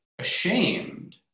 ashamed